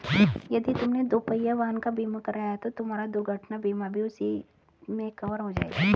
यदि तुमने दुपहिया वाहन का बीमा कराया है तो तुम्हारा दुर्घटना बीमा भी उसी में कवर हो जाएगा